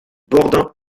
boredain